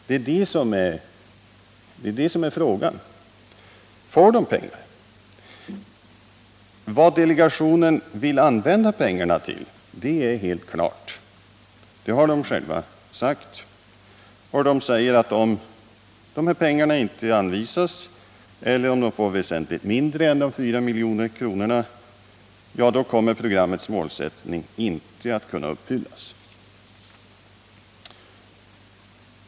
Det är det som är frågan. Får de pengar? Vad delegationen vill använda pengarna till är helt klart. Det har de själva sagt. De säger att om pengarna inte anvisas eller om de får mindre än 4 milj.kr., så kommer programmets målsättning inte att kunna uppfyllas.